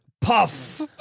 Puff